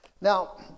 Now